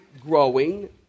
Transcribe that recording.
growing